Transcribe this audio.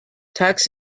tux